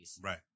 Right